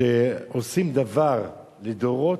כשעושים דבר לדורות,